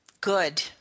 Good